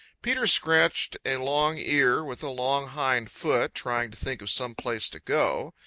peter scratched a long ear with a long hind foot, trying to think of some place to go.